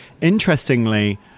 Interestingly